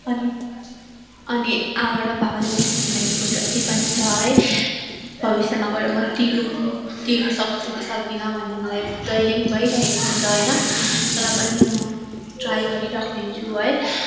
अनि अनि आमा र बाबाले गरिदिनुभएको जति पनि छ है भविष्यमा गएर म तिरौँ तिर्नु सक्छ कि सक्दिनँ भन्ने मलाई जहिल्यै पनि भइरहेको हुन्छ होइन तर पनि म ट्राई गरिरख्नेछु है